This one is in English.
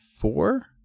four